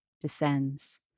descends